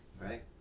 Right